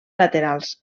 laterals